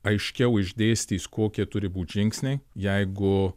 aiškiau išdėstys kokie turi būt žingsniai jeigu